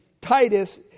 Titus